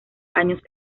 años